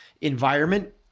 environment